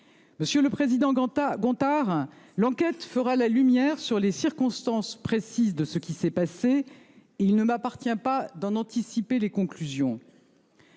Monsieur le Président Ganta Gontard. L'enquête fera la lumière sur les circonstances précises de ce qui s'est passé. Il ne m'appartient pas d'en anticiper les conclusions.